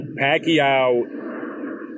Pacquiao